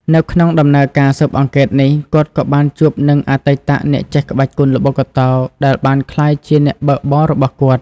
នៅក្នុងដំណើរការស៊ើបអង្កេតនេះ គាត់ក៏បានជួបនឹងអតីតអ្នកចេះក្បាច់គុណល្បុក្កតោដែលបានក្លាយជាអ្នកបើកបររបស់គាត់។